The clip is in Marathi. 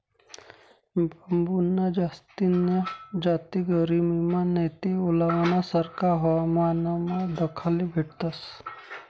बांबून्या जास्तीन्या जाती गरमीमा नैते ओलावाना सारखा हवामानमा दखाले भेटतस